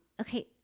okay